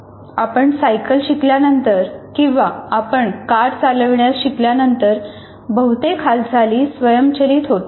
आपण सायकल शिकल्यानंतर किंवा आपण कार चालविण्यास शिकल्यानंतर बहुतेक हालचाली स्वयंचलित होतात